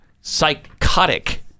psychotic